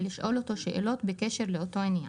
ולשאול אותו שאלות בקשר לאותו עניין.